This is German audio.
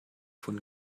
von